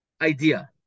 idea